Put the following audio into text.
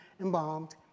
embalmed